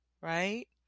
right